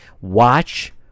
Watch